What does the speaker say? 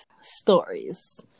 stories